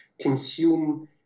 consume